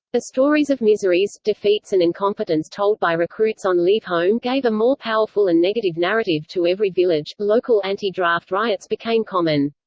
the stories of miseries, defeats and incompetence told by recruits on leave home gave a more powerful and negative narrative to every village local anti-draft riots became common.